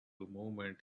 movement